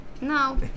No